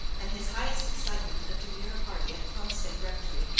and his highest excitement a demure party at plumstead rectory,